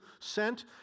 sent